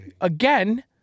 Again